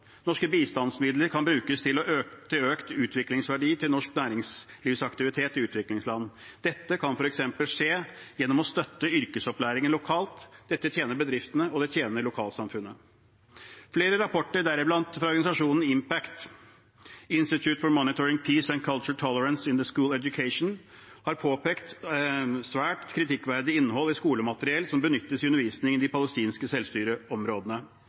Norske bistandsmidler kan brukes til økt utviklingsverdi til norsk næringslivsaktivitet i utviklingsland. Dette kan f.eks. skje gjennom å støtte yrkesopplæringen lokalt. Dette tjener bedriftene, og det tjener lokalsamfunnene. Flere rapporter, deriblant fra organisasjonen IMPACT-SE, Institute for Monitoring Peace and Culture Tolerance in School Education, har påpekt svært kritikkverdig innhold i skolemateriell som benyttes i undervisningen i de palestinske selvstyreområdene.